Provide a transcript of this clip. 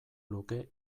luke